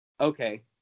Okay